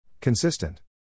Consistent